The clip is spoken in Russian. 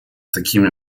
такими